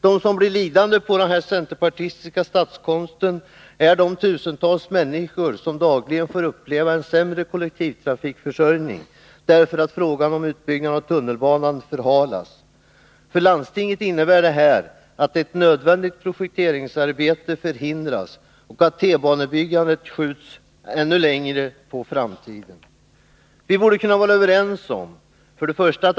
De som blir lidande av den här centerpartistiska statskonsten är de tusentals människor som dagligen får uppleva en sämre kollektivtrafikförsörjning, därför att frågan om utbyggnad av tunnelbanan förhalas. För landstinget innebär det här att ett nödvändigt projekteringsarbete förhindras och att tunnelbanebyggandet skjuts ännu längre på framtiden. Vi borde kunna vara överens om: 1.